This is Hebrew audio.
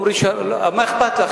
מה אכפת לך?